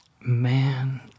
man